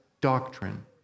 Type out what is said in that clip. doctrine